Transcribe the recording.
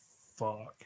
fuck